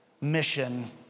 mission